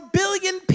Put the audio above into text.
billion